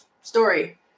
story